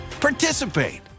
participate